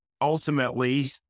ultimately